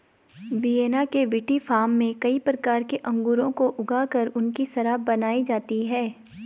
Vienna के विटीफार्म में कई प्रकार के अंगूरों को ऊगा कर उनकी शराब बनाई जाती है